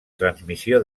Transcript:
transmissió